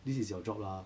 this is your job lah